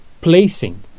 placing